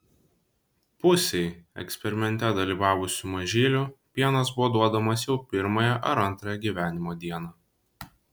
pusei eksperimente dalyvavusių mažylių pienas buvo duodamas jau pirmąją ar antrąją gyvenimo dieną